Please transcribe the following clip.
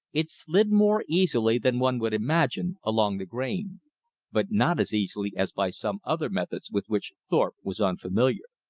it slid more easily than one would imagine, along the grain but not as easily as by some other methods with which thorpe was unfamiliar.